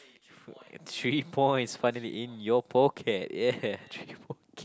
three points finally in your pocket yeah three point